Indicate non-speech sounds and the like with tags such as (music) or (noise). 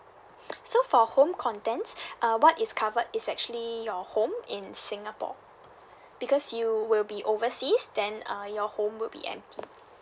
so for home contents (breath) uh what is covered is actually your home in singapore because you will be overseas then uh your home would be empty